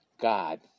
God